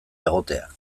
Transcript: egotea